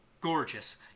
gorgeous